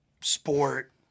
sport